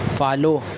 follow